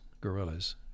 guerrillas